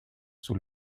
sous